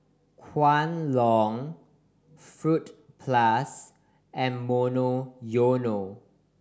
Kwan Loong Fruit Plus and Monoyono